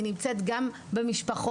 היא נמצאת גם במשפחות,